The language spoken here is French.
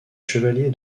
chevalier